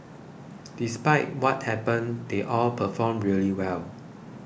despite what happened they all performed really well